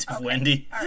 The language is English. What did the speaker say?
Wendy